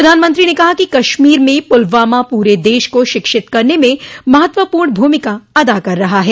प्रधानमंत्री ने कहा कि कश्मीर में पुलवामा पूरे देश को शिक्षित करने में महत्वपूर्ण भूमिका अदा कर रहा है